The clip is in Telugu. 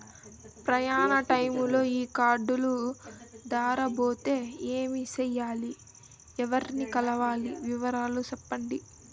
ప్రయాణ టైములో ఈ కార్డులు దారబోతే ఏమి సెయ్యాలి? ఎవర్ని కలవాలి? వివరాలు సెప్పండి?